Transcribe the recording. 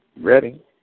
Ready